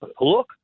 look